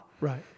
Right